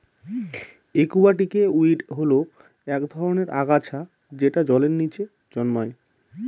একুয়াটিকে উইড হল এক ধরনের আগাছা যেটা জলের নীচে জন্মায়